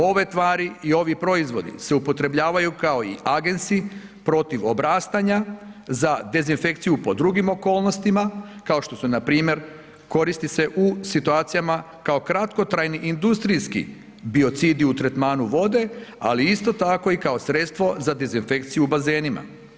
Ove tvari i ovi proizvodi se upotrebljavaju kao i agensi protiv obrastanja, za dezinfekciju pod drugim okolnostima kao što su npr. koristi se u situacijama kao kratkotrajni industrijski biocidi u tretmanu vode, ali isto tako i kao sredstvo za dezinfekciju u bazenima.